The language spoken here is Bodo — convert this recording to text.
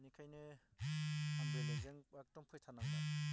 बिनिखायनो आं बेलेकजों एकदम फैथारनांबाय